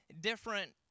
different